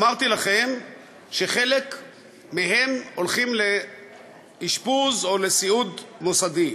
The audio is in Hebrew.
אמרתי לכם שחלק מהם הולכים לאשפוז או לסיעוד מוסדי.